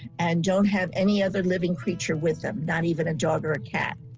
and don't have any other living creature with have not even a dog or a cat.